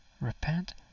repent